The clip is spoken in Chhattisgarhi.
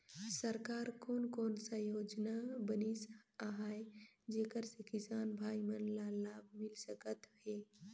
सरकार कोन कोन सा योजना बनिस आहाय जेकर से किसान भाई मन ला लाभ मिल सकथ हे?